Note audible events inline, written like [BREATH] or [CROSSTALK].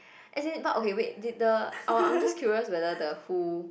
[BREATH] as in but okay wait did the ah I'm just curious whether the who